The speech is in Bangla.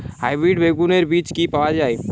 হাইব্রিড বেগুনের বীজ কি পাওয়া য়ায়?